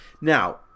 Now